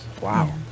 wow